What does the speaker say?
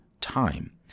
time